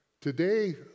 Today